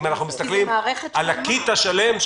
אם אנחנו מסתכלים על ה-קִיט השלם,